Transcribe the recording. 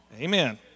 Amen